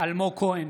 אלמוג כהן,